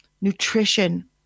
nutrition